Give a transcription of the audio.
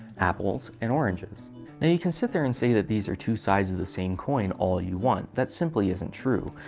apples and oranges. now you can sit there and say that these are just two sides of the same coin all you want. that simply isn't true.